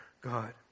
God